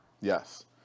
Yes